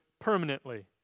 permanently